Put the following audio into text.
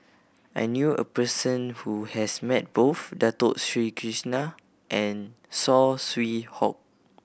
I knew a person who has met both Dato Sri Krishna and Saw Swee Hock